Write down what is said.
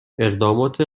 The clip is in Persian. اقدامات